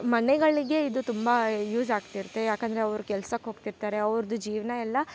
ಮನೆಗಳಿಗೆ ಇದು ತುಂಬ ಯೂಸ್ ಆಗ್ತಿರತ್ತೆ ಯಾಕಂದರೆ ಅವರು ಕೆಲ್ಸಕ್ಕೆ ಹೋಗ್ತಿರ್ತಾರೆ ಅವರದ್ದು ಜೀವನ ಎಲ್ಲ